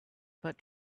about